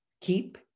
keep